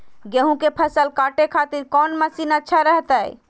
गेहूं के फसल काटे खातिर कौन मसीन अच्छा रहतय?